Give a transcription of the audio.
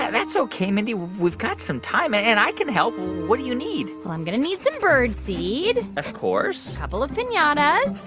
that's ok, mindy. we've got some time. and i can help. what do you need? well, i'm going to need some bird seed. of course. couple of pinatas,